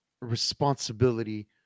responsibility